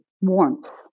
warmth